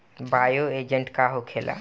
Bio agent का होखेला?